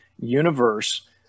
universe